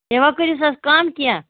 ہے وۅنۍ کٔرۍہوٗس حظ کَم کیٚنٛہہ